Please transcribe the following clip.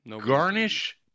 Garnish